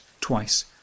twice